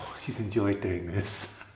she's enjoyed doing this.